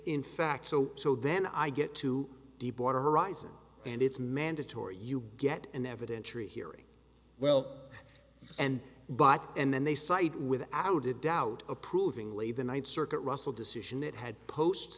in fact so so then i get to deep water horizon and it's mandatory you get an evidentiary hearing well and but and then they cite without a doubt approvingly the ninth circuit russell decision that had post